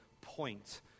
point